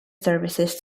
services